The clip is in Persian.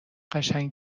قشنگ